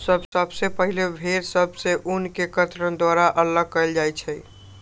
सबसे पहिले भेड़ सभ से ऊन के कर्तन द्वारा अल्लग कएल जाइ छइ